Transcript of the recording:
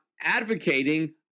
advocating